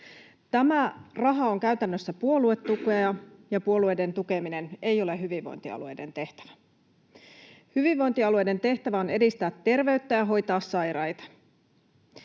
Tämä raha on käytännössä puoluetukea, ja puolueiden tukeminen ei ole hyvinvointialueiden tehtävä. Hyvinvointialueiden tehtävä on edistää terveyttä ja hoitaa sairaita.